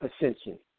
ascension